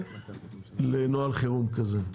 לנוהל חירום כזה,